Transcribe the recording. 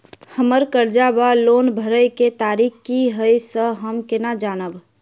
हम्मर कर्जा वा लोन भरय केँ तारीख की हय सँ हम केना जानब?